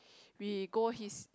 we go his